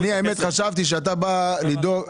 אני האמת חשבתי שאתה בא לבדוק,